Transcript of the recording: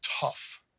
tough